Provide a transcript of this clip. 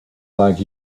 like